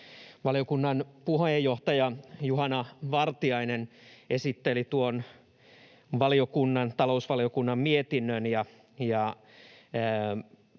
Valiokunnan puheenjohtaja Juhana Vartiainen esitteli tuon talousvaliokunnan mietinnön,